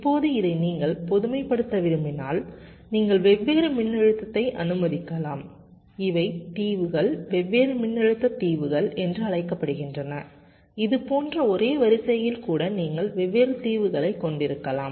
இப்போது இதை நீங்கள் பொதுமைப்படுத்த விரும்பினால் நீங்கள் வெவ்வேறு மின்னழுத்தத்தை அனுமதிக்கலாம் இவை தீவுகள் வெவ்வேறு மின்னழுத்த தீவுகள் என்று அழைக்கப்படுகின்றன இது போன்ற ஒரே வரிசையில் கூட நீங்கள் வெவ்வேறு தீவுகளைக் கொண்டிருக்கலாம்